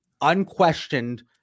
unquestioned